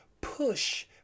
push